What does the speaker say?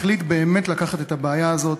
החליט באמת לקחת את הבעיה הזאת,